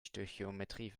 stöchiometrie